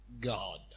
God